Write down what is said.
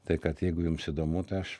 tai kad jeigu jums įdomu tai aš